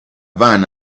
band